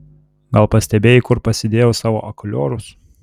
gal pastebėjai kur pasidėjau savo akuliorus